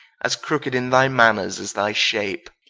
as crooked in thy manners, as thy shape